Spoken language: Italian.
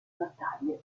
battaglie